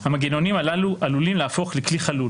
המנגנונים הללו עלולים להפוך לכלי חלול.